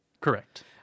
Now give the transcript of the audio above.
Correct